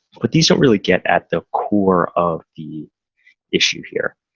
but these don't really get at the core of the issue here.